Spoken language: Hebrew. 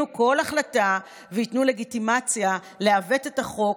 כל החלטה וייתנו לגיטימציה לעוות את החוק,